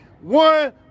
one